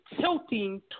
tilting